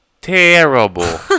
Terrible